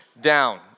down